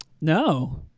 No